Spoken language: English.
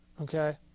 okay